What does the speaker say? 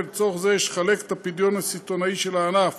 ולצורך זה יש לחלק את הפדיון הסיטונאי של הענף